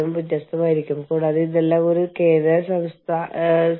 അപ്പോൾ വീടിന്റെ വാടക അലവൻസ് കുറയും